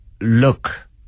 look